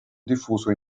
diffuso